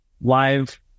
live